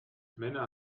männer